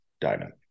diamond